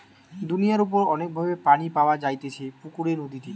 দুনিয়ার উপর অনেক ভাবে পানি পাওয়া যাইতেছে পুকুরে, নদীতে